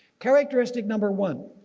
characteristic number one,